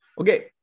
Okay